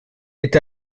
est